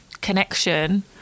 connection